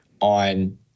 on